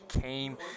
came